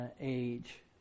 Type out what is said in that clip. age